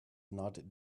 not